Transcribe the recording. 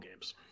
games